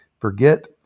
Forget